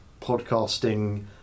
podcasting